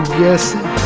guessing